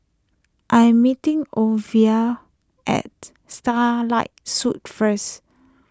I am meeting Orvil at Starlight Suites first